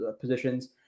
positions